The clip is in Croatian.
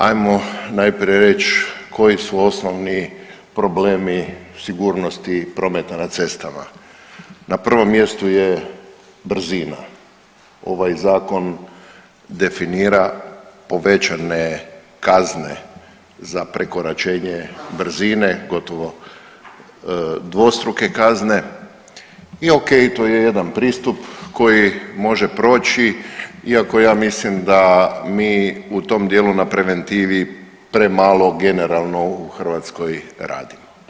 Ajmo najprije reć koji su osnovni problemi sigurnosti prometa na cestama na prvom mjestu je brzina, ovaj zakon definira povećane kazne za prekoračenje brzine gotovo dvostruke kazne i ok to je jedan pristup koji može proći iako ja mislim da mi u tom dijelu na preventivi premalo generalno u Hrvatskoj radi.